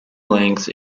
length